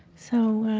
so,